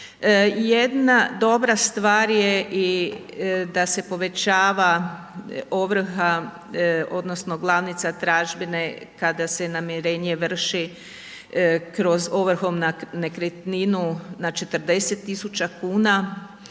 Jedna dobra stvar je da se povećava ovrha odnosno glavnica tražbine kada se namirenje vrši kroz ovrhu na nekretninu na 40 tisuća